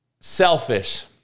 Selfish